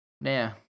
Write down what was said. Now